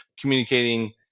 communicating